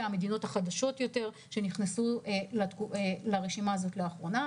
והמדינות החדשות שנכנסו לרשימה הזאת לאחרונה.